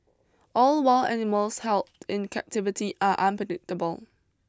all wild animals held in captivity are unpredictable